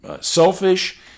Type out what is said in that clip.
selfish